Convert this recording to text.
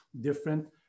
different